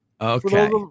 okay